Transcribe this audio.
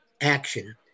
action